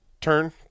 turn